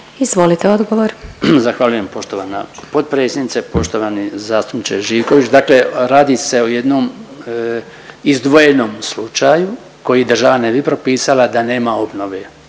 Branko (HDZ)** Zahvaljujem poštovana potpredsjednice. Poštovani zastupniče Živković, dakle radi se o jednom izdvojenom slučaju koji država ne bi propisala da nema obnove,